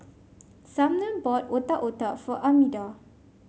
Sumner bought Otak Otak for Armida